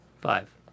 Five